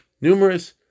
numerous